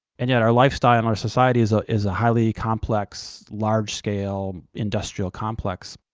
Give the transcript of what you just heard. and yet our lifestyle and our society is ah is a highly complex, large-scale industrial complex.